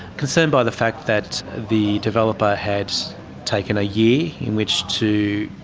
concerned by the fact that the developer had taken a year in which to,